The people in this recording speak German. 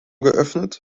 geöffnet